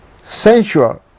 sensual